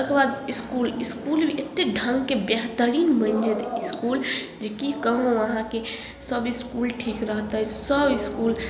ओकर बाद school school एत्ते ढंगके बेहतरीन बनि जेतै इसकूल जे की कहू अहाँके सब इसकूल ठीक रहतै सब इसकूल